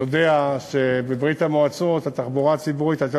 יודע שבברית-המועצות התחבורה הציבורית הייתה